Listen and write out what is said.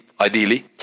ideally